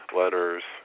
letters